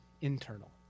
internal